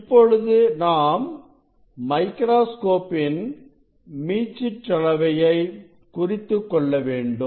இப்பொழுது நாம் மைக்ரோஸ்கோப் இன் மீச்சிற்றளவை குறித்துக்கொள்ள வேண்டும்